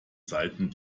seiten